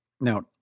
Now